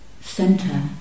center